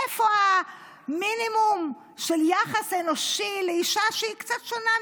איפה המינימום של יחס אנושי לאישה שהיא קצת שונה מכם?